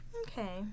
okay